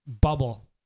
bubble